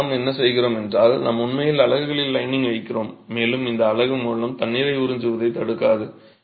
பின்னர் நாம் என்ன செய்கிறோம் என்றால் நாம் உண்மையில் அலகுகளில் லைனிங் வைக்கிறோம் மேலும் இந்த அலகு மூலம் தண்ணீரை உறிஞ்சுவதைத் தடுக்காது